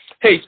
hey